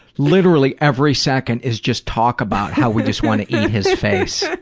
literally every second is just talk about how we just want to eat his face.